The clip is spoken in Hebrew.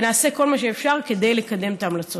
ונעשה כל מה שאפשר כדי לקדם את ההמלצות האלה.